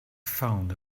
found